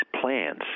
plans